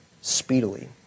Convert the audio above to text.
speedily